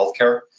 healthcare